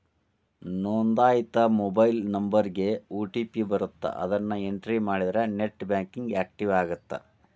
ನೋಂದಾಯಿತ ಮೊಬೈಲ್ ನಂಬರ್ಗಿ ಓ.ಟಿ.ಪಿ ಬರತ್ತ ಅದನ್ನ ಎಂಟ್ರಿ ಮಾಡಿದ್ರ ನೆಟ್ ಬ್ಯಾಂಕಿಂಗ್ ಆಕ್ಟಿವೇಟ್ ಆಗತ್ತ